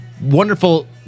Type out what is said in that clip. wonderful